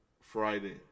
Friday